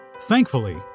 Thankfully